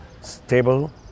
stable